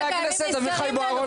חבר הכנסת, עמיחי בוארון